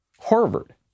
Harvard